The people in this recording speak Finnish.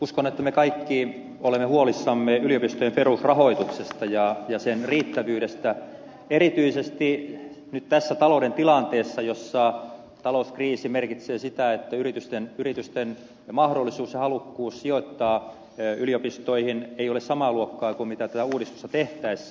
uskon että me kaikki olemme huolissamme yliopistojen perusrahoituksesta ja sen riittävyydestä erityisesti nyt tässä talouden tilanteessa jossa talouskriisi merkitsee sitä että yritysten mahdollisuus ja halukkuus sijoittaa yliopistoihin ei ole samaa luokkaa kuin mitä tätä uudistusta tehtäessä